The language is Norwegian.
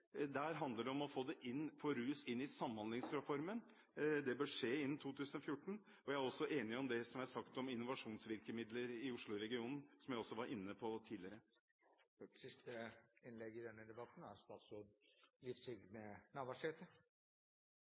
Der handler det om å få rus inn i Samhandlingsreformen. Det bør skje innen 2014. Jeg er også enig i det som er sagt om innovasjonsvirkemidler i Oslo-regionen, som jeg også var inne på tidligere. Det har vore interessant å lytte til gode og konstruktive innlegg.